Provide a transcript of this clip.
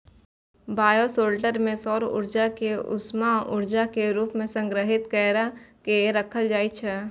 bioshelter मे सौर ऊर्जा कें उष्मा ऊर्जा के रूप मे संग्रहीत कैर के राखल जाइ छै